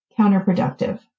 counterproductive